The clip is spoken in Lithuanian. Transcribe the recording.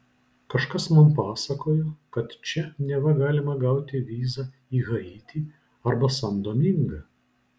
kažkas man pasakojo kad čia neva galima gauti vizą į haitį arba san domingą